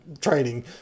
training